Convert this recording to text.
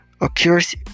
occurs